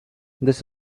this